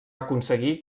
aconseguir